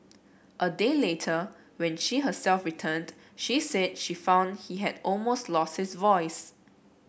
a day later when she herself returned she said she found he had almost lost his voice